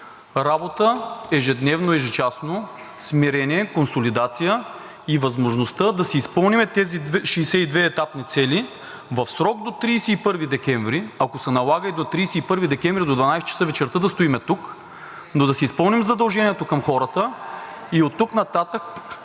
Работа – ежедневно, ежечасно, смирение, консолидация и възможността да си изпълним тези 62 етапни цели в срок до 31 декември, ако се налага и до 31 декември до 12,00 ч. вечерта да стоим тук, но да си изпълним задължението към хората и оттук нататък